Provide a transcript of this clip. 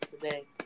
today